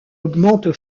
augmente